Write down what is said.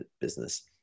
business